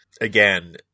Again